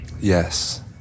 yes